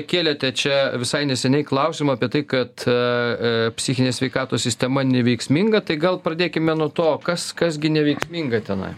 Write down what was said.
kėlėte čia visai neseniai klausimą apie tai kad psichinės sveikatos sistema neveiksminga tai gal pradėkime nuo to kas kas gi neveiksminga tenai